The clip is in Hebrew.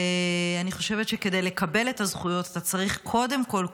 ואני חושבת שכדי לקבל את הזכויות אתה צריך קודם כול,